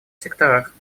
секторах